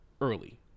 early